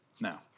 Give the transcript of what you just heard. Now